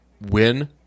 win